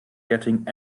getting